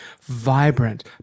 vibrant